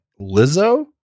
Lizzo